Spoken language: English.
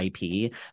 IP